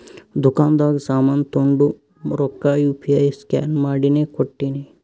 ದುಕಾಂದಾಗ್ ಸಾಮಾನ್ ತೊಂಡು ರೊಕ್ಕಾ ಯು ಪಿ ಐ ಸ್ಕ್ಯಾನ್ ಮಾಡಿನೇ ಕೊಟ್ಟಿನಿ